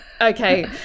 okay